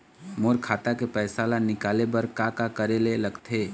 मोर खाता के पैसा ला निकाले बर का का करे ले लगथे?